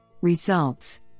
Results